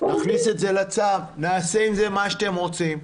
נכניס את זה לצו, נעשה עם זה מה שאתם רוצים.